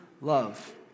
love